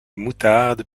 moutarde